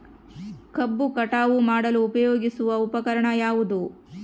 ಕಬ್ಬು ಕಟಾವು ಮಾಡಲು ಉಪಯೋಗಿಸುವ ಉಪಕರಣ ಯಾವುದು?